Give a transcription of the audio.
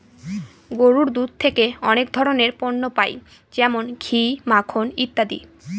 গরুর দুধ থেকে অনেক ধরনের পণ্য পাই যেমন ঘি, মাখন ইত্যাদি